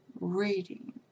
reading